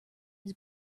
his